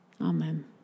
Amen